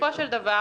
בסופו של דבר,